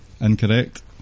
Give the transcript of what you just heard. Incorrect